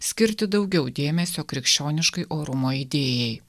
skirti daugiau dėmesio krikščioniškai orumo idėjai